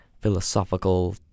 philosophical